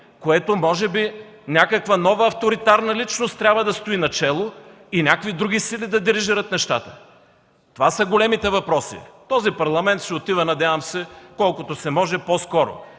което може би някаква нова авторитарна личност трябва да стои начело и някакви други сили да дирижират нещата? Това са големите въпроси. Този Парламент си отива, надявам се, колкото се може по-скоро,